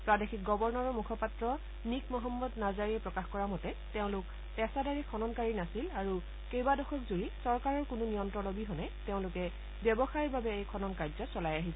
প্ৰাদেশিক গৱৰ্ণৰৰ মুখপাত্ৰ নীক মহম্মদ নাজাৰীয়ে প্ৰকাশ কৰা মতে খননকাৰীসকল পেচাদাৰী খননকাৰী নাছিল আৰু কেবাদশক জুৰি চৰকাৰৰ কোনো নিয়ন্ত্ৰণ অবিহনে তেওঁলোকে ব্যৱসায়ৰ বাবে এই খনন কাৰ্য চলাই আহিছিল